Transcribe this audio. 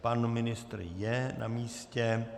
Pan ministr je na místě.